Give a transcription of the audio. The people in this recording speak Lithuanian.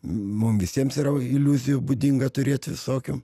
mum visiems yra iliuzija būdinga turėt visokių